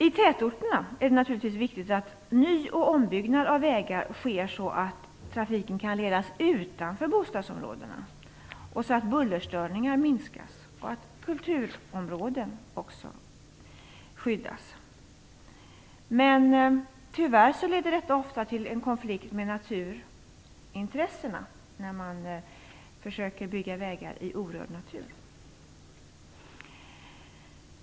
I tätorterna är det naturligtvis viktigt att ny och ombyggnad av vägar sker så att trafiken kan ledas utanför bostadsområdena och så att bullerstörningarna minskas och kulturområden skyddas. Tyvärr blir det ofta en konflikt med naturintressena när man vill bygga vägar i orörd natur.